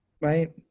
Right